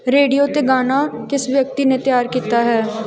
radio 'ਤੇ ਗਾਣਾ ਕਿਸ ਵਿਅਕਤੀ ਨੇ ਤਿਆਰ ਕੀਤਾ ਹੈ